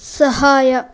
ಸಹಾಯ